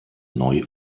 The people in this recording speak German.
neu